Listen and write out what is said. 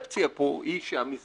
והמקצועי והמכובד הזה.